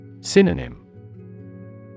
Synonym